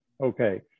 Okay